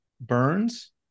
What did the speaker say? Burns